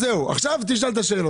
אז זהו, עכשיו תשאל את השאלות.